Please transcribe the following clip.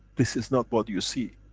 this is not what you see.